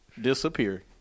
disappear